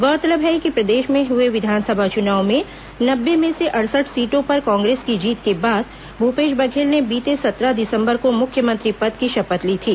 गौरतलब है कि प्रदेश में हए विधानसभा चुनाव में नब्बे में से अड़सठ सीटों पर कांग्रेस की जीत के बाद भूपेश बघेल ने बीते सत्रह दिसंबर को मुख्यमंत्री पर्द की शपथ ली थी